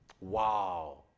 wow